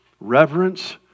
reverence